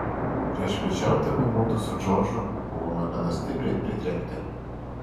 priešpiečiaudami mudu su džordžu buvome gana stipriai pritrenkti